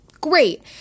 great